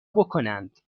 بکنند